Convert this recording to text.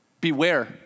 Beware